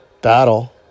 battle